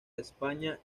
españa